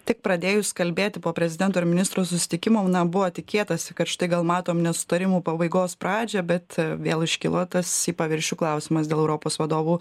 tik pradėjus kalbėti po prezidento ir ministrų susitikimų buvo tikėtasi kad štai gal matom nesutarimų pabaigos pradžią bet vėl iškilo tas į paviršių klausimas dėl europos vadovų